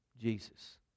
Jesus